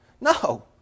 No